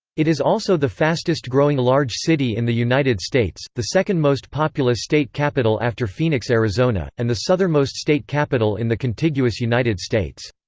it is also the fastest growing large city in the united states, the second most populous state capital after phoenix, arizona, and the southernmost state capital in the contiguous united states.